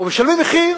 ומשלמים מחיר